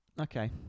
Okay